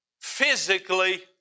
physically